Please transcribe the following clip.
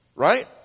Right